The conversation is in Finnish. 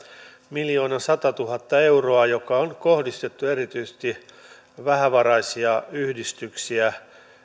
miljoonasatatuhatta euroa mikä on kohdistettu erityisesti vähävaraisille yhdistyksille